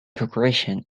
progression